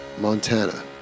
Montana